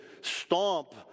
stomp